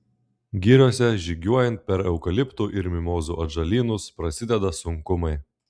giriose žygiuojant per eukaliptų ir mimozų atžalynus prasideda sunkumai